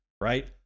right